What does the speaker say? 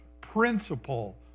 principle